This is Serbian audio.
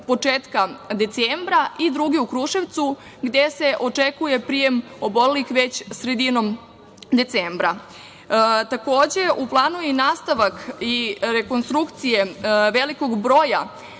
početka decembra i druge u Kruševcu gde se očekuje prijem obolelih već sredinom decembra. Takođe, u planu je i nastavak rekonstrukcije velikog broja